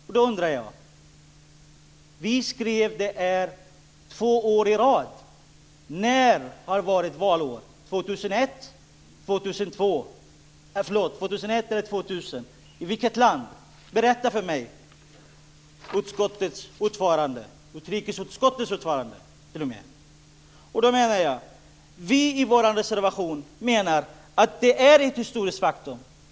Vi skrev motioner två år i rad, 2000 och 2001. När har det varit valår, 2000 eller 2001, och i vilket land? Berätta det för mig. Vi menar i vår reservation att det är ett historiskt faktum.